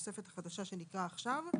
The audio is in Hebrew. התוספת החדשה שנקרא עכשיו,